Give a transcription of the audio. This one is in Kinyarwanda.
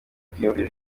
kwiyumvira